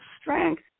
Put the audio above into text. strength